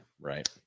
Right